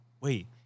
wait